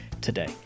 today